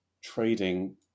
trading